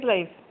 Life